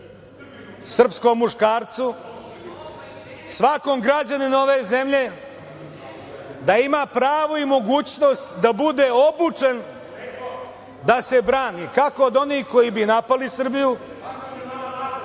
srpskom muškarcu, svakom građaninu ove zemlje da ima pravo i mogućnost da bude obučen da se brani kako od onih koji bi napali Srbiju,